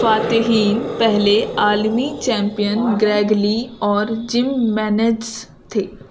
فاتحین پہلے عالمی champion Greg Lee اور جم مینج تھے